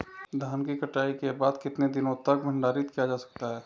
धान की कटाई के बाद कितने दिनों तक भंडारित किया जा सकता है?